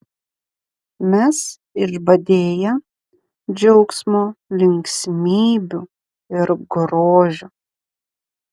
mes išbadėję džiaugsmo linksmybių ir grožio